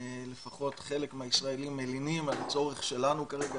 לפחות חלק מהישראלים מלינים על הצורך שלנו כרגע